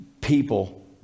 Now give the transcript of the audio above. people